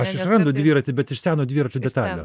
aš išrandu dviratį bet iš seno dviračio detalių